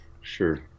Sure